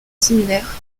similaire